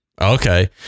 Okay